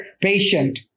patient